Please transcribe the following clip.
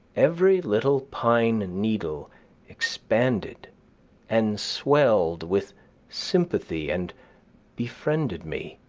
every little pine needle expanded and swelled with sympathy and befriended me.